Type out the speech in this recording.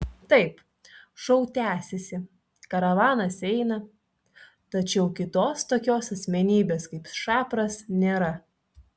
taip šou tęsiasi karavanas eina tačiau kitos tokios asmenybės kaip šapras nėra